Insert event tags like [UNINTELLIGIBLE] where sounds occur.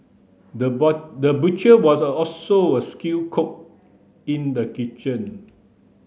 the [UNINTELLIGIBLE] the butcher was also a skilled cook in the kitchen